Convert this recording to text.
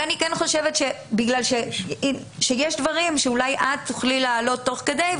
אני חושבת שיש דברים שאולי את תוכלי להעלות תוך כדי,